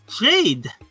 jade